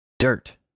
Dirt